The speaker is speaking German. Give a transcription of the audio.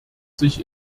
sich